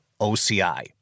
OCI